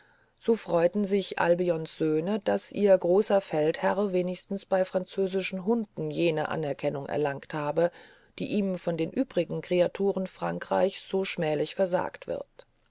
so freuten sich albions söhne daß ihr großer feldherr wenigstens bei französischen hunden jene anerkennung erlangt habe die ihm von den übrigen kreaturen frankreichs so schmählich versagt wird